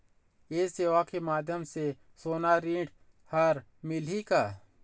ये सेवा के माध्यम से सोना ऋण हर मिलही का?